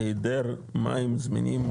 היעדר מים זמינים,